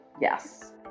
Yes